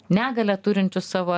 negalią turinčius savo